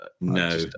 No